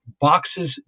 boxes